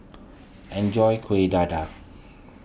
enjoy Kueh Dadar